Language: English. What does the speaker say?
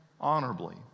honorably